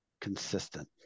consistent